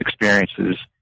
experiences